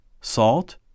Salt